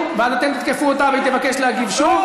ואז אתם תתקפו אותה והיא תבקש להגיב שוב,